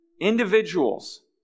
individuals